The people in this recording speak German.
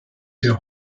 hier